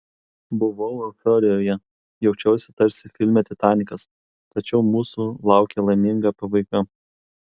buvau euforijoje jaučiausi tarsi filme titanikas tačiau mūsų laukė laiminga pabaiga